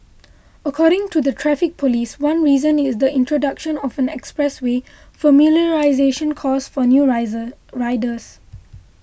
according to the Traffic Police one reason is the introduction of an expressway familiarisation course for new riser riders